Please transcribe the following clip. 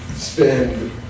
spend